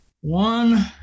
one